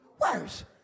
worse